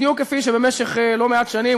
בדיוק כפי שבמשך לא-מעט שנים,